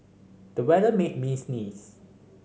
the weather made me sneeze